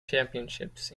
championships